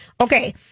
Okay